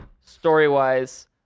story-wise